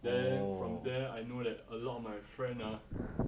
then from there I know that a lot of my friend ah